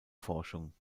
forschung